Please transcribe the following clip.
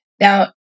Now